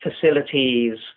facilities